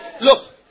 Look